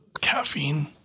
Caffeine